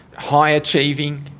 high achieving,